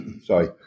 Sorry